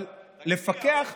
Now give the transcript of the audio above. אבל לפקח,